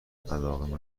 علاقه